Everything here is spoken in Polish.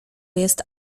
jest